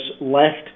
left